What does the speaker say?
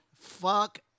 Fuck